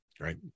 Right